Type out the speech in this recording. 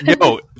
No